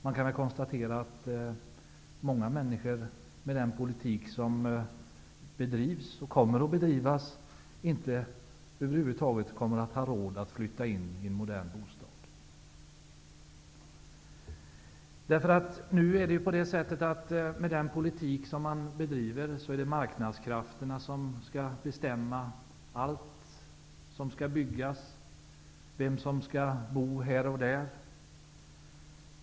Man kan konstatera att många människor, med den politik som bedrivs och kommer att bedrivas, över huvud taget inte kommer att ha råd att flytta in i en modern bostad. Nu är det på det sättet, att med den politik som man nu bedriver är det marknadskrafterna som skall bestämma allt som skall byggas och vem som skall bo här och där.